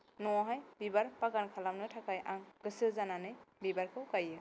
न'आवहाय बिबार बागान खालामनो थाखाय आं गोसो जानानै बिबारखौ गायो